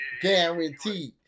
guaranteed